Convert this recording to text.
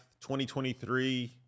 2023